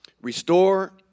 restore